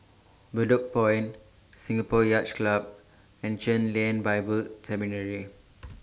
Bedok Point Singapore Yacht Club and Chen Lien Bible Seminary